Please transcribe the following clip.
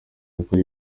gukora